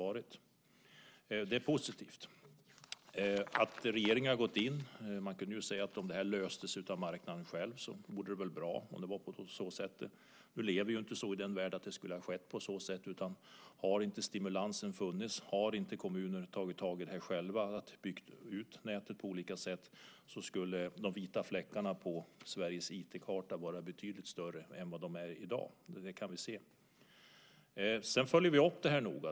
När det gäller att regeringen har gått in, kunde man ju säga att om det här hade lösts av marknaden själv vore det bra. Nu lever vi inte i den världen att det sker. Om stimulansen inte hade funnits, om kommunen själv inte hade tagit tag i detta och byggt ut nätet, skulle de vita fläckarna på Sveriges IT-karta vara betydligt större än vad de är i dag. Det kan vi se. Vi följer upp det här noga.